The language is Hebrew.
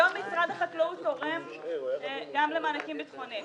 היום משרד החקלאות תורם גם למענקים ביטחוניים.